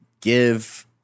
give